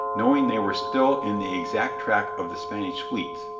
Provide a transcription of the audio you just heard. knowing they were still in the exact track of the spanish fleets,